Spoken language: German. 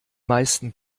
meisten